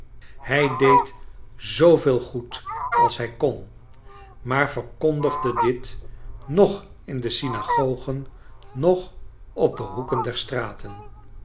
hij deed zooveel goed als hij kon maar verkondigde dit noch in de synagogen noch op de hoeken der straten